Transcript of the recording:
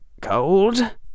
Cold